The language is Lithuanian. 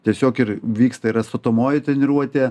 tiesiog ir vyksta atstatomoji treniruotė